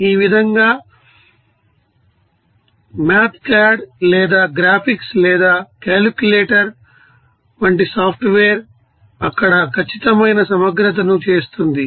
ఈ విధంగా మాథ్క్యాడ్ లేదా గ్రాఫిక్స్ లేదా కాలిక్యులేటర్ వంటి సాఫ్ట్వేర్ అక్కడ ఖచ్చితమైన సమగ్రతను చేస్తుంది